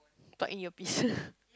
plug in earpiece